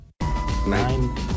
Nine